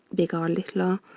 big r, little ah